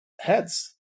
heads